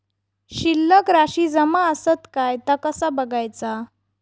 शिल्लक राशी जमा आसत काय ता कसा बगायचा?